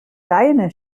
deine